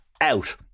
out